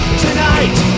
tonight